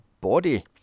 body